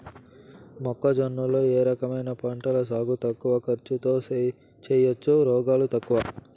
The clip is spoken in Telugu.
మొక్కజొన్న లో ఏ రకమైన పంటల సాగు తక్కువ ఖర్చుతో చేయచ్చు, రోగాలు తక్కువ?